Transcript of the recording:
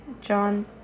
John